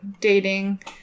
dating